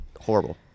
horrible